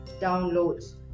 downloads